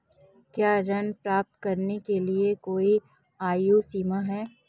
क्या ऋण प्राप्त करने के लिए कोई आयु सीमा है?